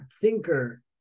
thinker